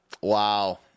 Wow